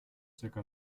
zirka